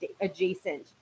adjacent